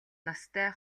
настай